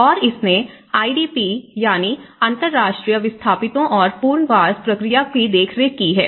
और इसने आईडीपी यानी अंतर्राष्ट्रीय विस्थापितों और पुनर्वास प्रक्रिया की देखरेख की है